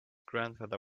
grandfather